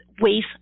ways